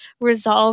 resolve